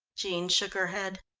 jean shook her head.